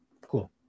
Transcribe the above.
Cool